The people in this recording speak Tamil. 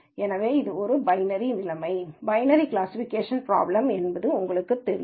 எனவே இது ஒரு பைனரி நிலைமை பைனரி கிளாசிஃபிகேஷன் பிராப்ளம் என்று உங்களுக்குத் தெரியும்